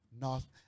North